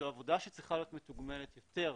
זו עבודה שצריכה להיות מתוגמלת יותר.